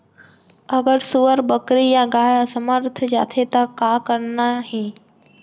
अगर सुअर, बकरी या गाय असमर्थ जाथे ता का करना हे?